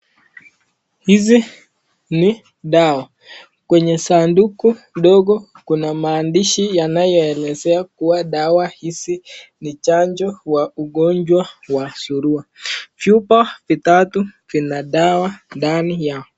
Hizi ni dawa. Kwenye sanduku ndogo kuna maandishi yanayoelezea kuwa dawa hizi ni chanjo wa ugonjwa wa surua. Vyupa vitatu vina dawa ndani yao.